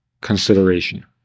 consideration